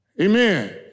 Amen